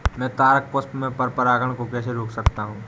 मैं तारक पुष्प में पर परागण को कैसे रोक सकता हूँ?